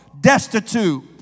destitute